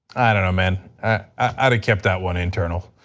and um and i would've kept that one internal.